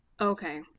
Okay